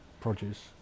produce